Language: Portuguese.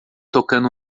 tocando